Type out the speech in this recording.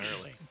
early